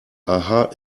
aha